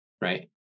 right